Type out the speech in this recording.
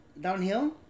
downhill